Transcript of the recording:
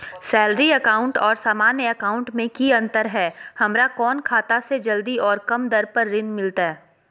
Salary account और सामान्य account मे की अंतर है हमरा कौन खाता से जल्दी और कम दर पर ऋण मिलतय?